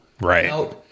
right